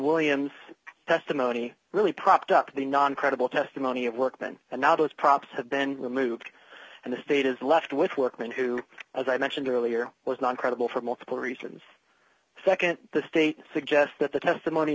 williams testimony really propped up the non credible testimony of workman and now those props have been removed and the state is left with workman who as i mentioned earlier was non credible for multiple reasons nd the state suggest that the testimony